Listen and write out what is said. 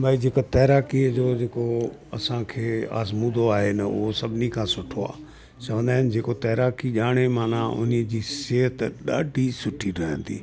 भाई जेको तैराकी जो जेको असांखे आज़मूदो आहे न उहो सभिनी खां सुठो आहे चवंदा आहिनि जेको तैराकी ॼाणे माना उन्हीअ जी सिहत ॾाढी सुठी रहंदी